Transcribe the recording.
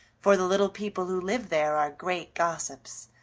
for the little people who live there are great gossips.